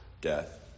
death